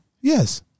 Yes